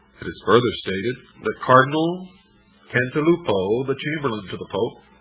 it is further stated that cardinal cantilupo, the chamberlain to the pope,